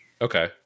Okay